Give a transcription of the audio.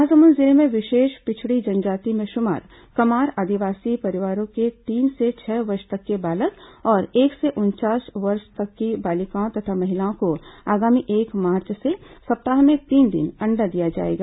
महासमुंद जिले में विशेष पिछड़ी जनजाति में शुमार कमार आदिवासी परिवारों के तीन से छह वर्ष तक के बालक और एक से उनचास वर्ष तक के बालिकाओं तथा महिलाओं को आगामी एक मार्च से सप्ताह में तीन दिन अण्डा दिया जाएगा